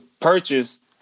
purchased